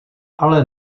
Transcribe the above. ale